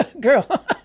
girl